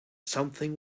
something